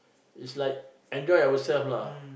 it is like enjoy ourselves lah